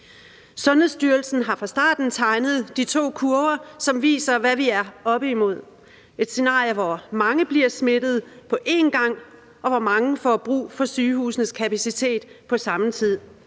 Sundhedsstyrelsen har fra starten tegnet de to kurver, som viser, hvad vi er oppe imod. Her er det ene et scenarie, hvor mange bliver smittet på en gang, og hvor mange får brug for sygehusenes kapacitet på samme tid.